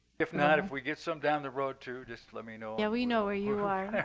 if not, if we get some down the road, too, just let me know yeah, we know where you are.